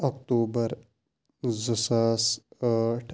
اکتوٗبر زٕ ساس ٲٹھ